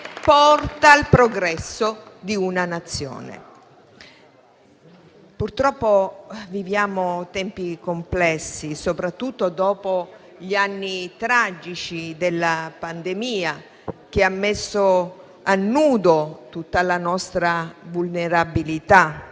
al progresso di una Nazione. Purtroppo viviamo tempi complessi, soprattutto dopo gli anni tragici della pandemia, che hanno messo a nudo tutta la nostra vulnerabilità,